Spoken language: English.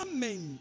Amen